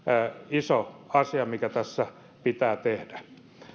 iso asia mikä tässä pitää tehdä